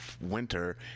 winter